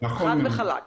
חד וחלק.